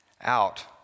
out